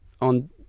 on